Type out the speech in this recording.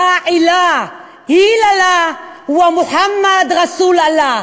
לא אללה אלא אללה ומחמד רסול אללה?